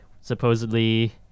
supposedly